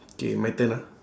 K my turn ah